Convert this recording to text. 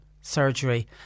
surgery